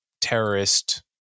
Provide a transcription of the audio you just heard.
terrorist